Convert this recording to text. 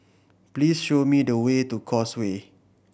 please show me the way to Causeway